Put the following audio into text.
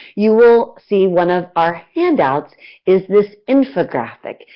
you will see one of our handouts is this infographic.